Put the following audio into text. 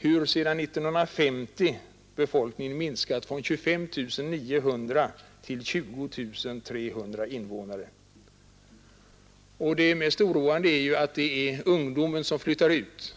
erinrade om att sedan 1950 befolkningen minskat från 25 900 invånare till 20 300. Det mest oroande är att det främst är ungdomen som flyttar ut.